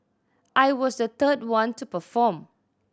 I was the third one to perform